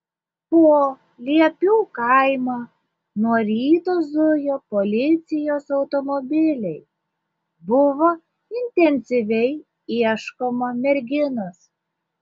po liepių kaimą nuo ryto zujo policijos automobiliai buvo intensyviai ieškoma merginos